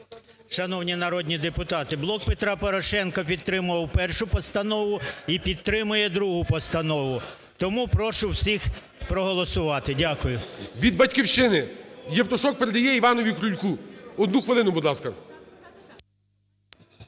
Шановні народні депутати, "Блок Петра Порошенка" підтримував першу постанову і підтримує другу постанову, тому прошу всіх проголосувати. Дякую. ГОЛОВУЮЧИЙ. Від "Батьківщини"Євтушок передає Іванові Крульку, одну хвилину, будь ласка.